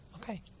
Okay